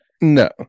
No